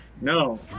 No